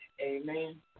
Amen